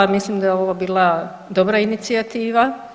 Mislim da je ovo bila dobra inicijativa.